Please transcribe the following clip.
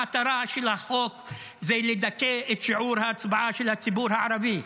המטרה של החוק זה לדכא את שיעור ההצבעה של הציבור הערבי.